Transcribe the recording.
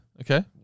Okay